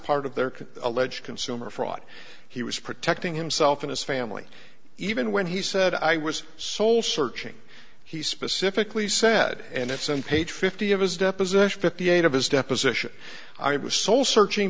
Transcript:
part of their alleged consumer fraud he was protecting himself and his family even when he said i was soul searching he specifically said and it's on page fifty of his deposition fifty eight of his deposition i was soul searching